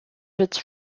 its